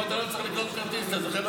פה אתה לא צריך לקנות כרטיס, אתה זוכה בדירה.